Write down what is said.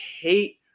hate